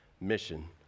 mission